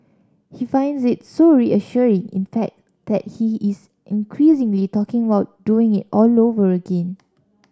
he finds it so reassuring in fact that he is increasingly talking about doing it all over again